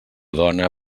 dona